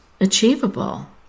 achievable